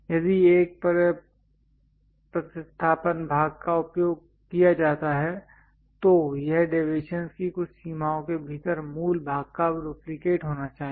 यदि एक प्रतिस्थापन भाग का उपयोग किया जाता है तो यह डेविएशनस की कुछ सीमाओं के भीतर मूल भाग का डुप्लिकेट होना चाहिए